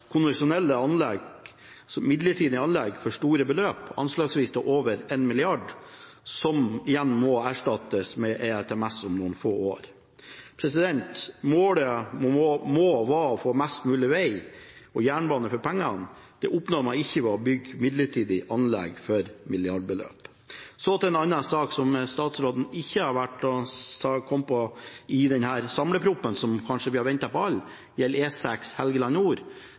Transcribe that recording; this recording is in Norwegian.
konvensjonelle anlegg – midlertidige anlegg – for store beløp, anslagsvis mer enn 1 mrd. kr, som igjen må erstattes av ERTMS om noen få år. Målet må være å få mest mulig veg og jernbane for pengene. Det oppnår man ikke ved å bygge midlertidige anlegg for milliardbeløp. Så til en annen sak, som ikke har kommet med i denne samleproposisjon, som kanskje vi alle har ventet på: Det gjelder E6 Helgeland nord.